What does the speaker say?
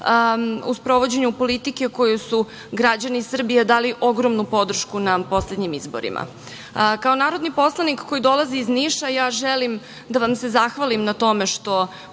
u sprovođenju politike kojoj su građani Srbije dali ogromnu podršku na poslednjim izborima. Kao narodni poslanik koji dolazi iz Niša, ja želim da vam se zahvalim što